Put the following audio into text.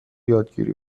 یادگیری